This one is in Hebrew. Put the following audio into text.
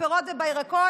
בפירות ובירקות,